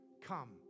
Come